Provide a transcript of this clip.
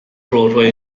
broadway